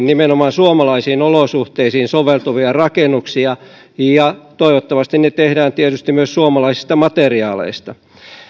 nimenomaan suomalaisiin olosuhteisiin soveltuvia rakennuksia ja toivottavasti ne tehdään tietysti myös suomalaisista materiaaleista